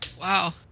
wow